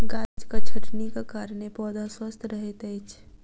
गाछक छटनीक कारणेँ पौधा स्वस्थ रहैत अछि